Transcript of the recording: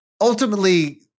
Ultimately